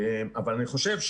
אבל אני חושב,